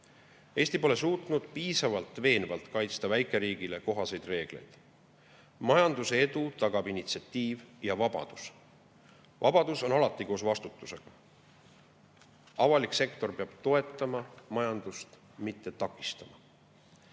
Eesti pole suutnud piisavalt veenvalt kaitsta väikeriigile kohaseid reegleid. Majanduse edu tagab initsiatiiv ja vabadus. Vabadus on alati koos vastutusega. Avalik sektor peab majandust toetama, mitte takistama.